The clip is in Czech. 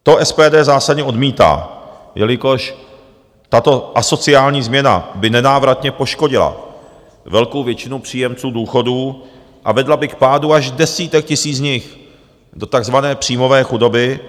To SPD zásadně odmítá, jelikož tato asociální změna by nenávratně poškodila velkou většinu příjemců důchodů a vedla by k pádu až desítek tisíc z nich do takzvané příjmové chudoby.